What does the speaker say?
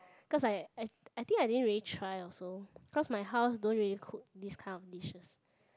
cause I I I think I didn't really try also cause my house don't really cook this kind of dishes